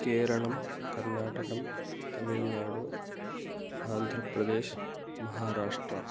केरलः कर्नाटकः तमिल्नाडुः आन्ध्रप्रदेशः महाराष्ट्रम्